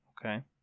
Okay